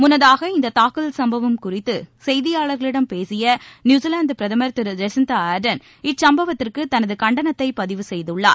முன்னதாக இந்த தாக்குதல் சும்பவம் குறித்து செய்தியாளர்களிடம் பேசிய நியூசிலாந்து பிரதமர் திரு ஜஸிந்தா ஆர்டன் இச்சம்பவத்திற்கு தனது கண்டனத்தை பதிவு செய்துள்ளார்